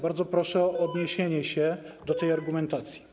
Bardzo proszę o odniesienie się do tej argumentacji.